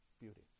beauty